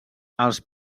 els